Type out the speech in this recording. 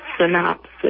synopsis